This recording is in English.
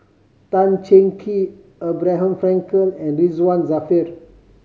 Tan Cheng Kee Abraham Frankel and Ridzwan Dzafir